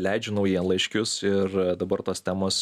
leidžiu naujienlaiškius ir dabar tos temos